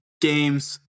games